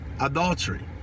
adultery